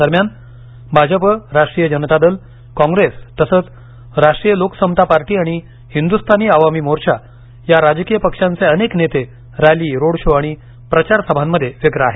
दरम्यान भाजप राष्ट्रीय जनता दल कॉंग्रेस तसंच राष्ट्रीय लोक समता पार्टी आणि हिंदुस्तानी अवामी मोर्चा या राजकीय पक्षांचे अनेक नेते रॅली रोड शो आणि प्रचार सभांमध्ये व्यग्र आहेत